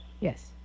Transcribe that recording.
yes